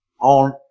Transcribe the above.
on